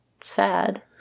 sad